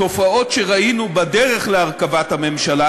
התופעות שראינו בדרך להרכבת הממשלה